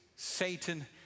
satan